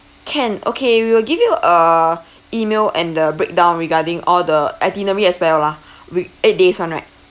can okay we will give you a email and the breakdown regarding all the itinerary as well lah wi~ eight days one right